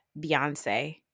Beyonce